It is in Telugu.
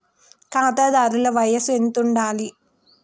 ఖాతాదారుల వయసు ఎంతుండాలి?